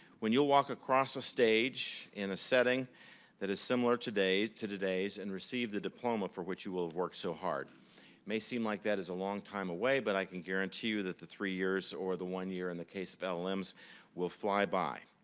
when you'll walk across a stage in a setting that is similar to today's and receive the diploma for which you will have worked so hard. it may seem like that is a long time away, but i can guarantee you that the three years or the one year in the case of lms will fly by.